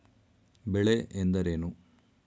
ಬೆಳೆ ಎಂದರೇನು?